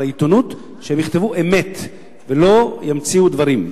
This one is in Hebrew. על העיתונות שיכתבו אמת ולא ימציאו דברים.